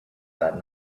that